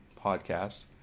Podcast